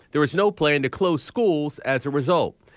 there is no plan to close schools as a result.